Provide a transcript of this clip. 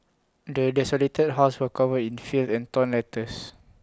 the desolated house was covered in filth and torn letters